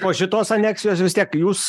po šitos aneksijos vis tiek jūs